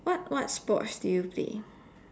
what what sports do you play